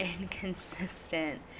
inconsistent